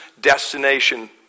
destination